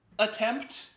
attempt